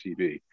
TV